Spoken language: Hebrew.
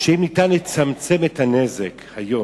שאם אפשר לצמצם את הנזק היום,